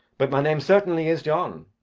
but my name certainly is john.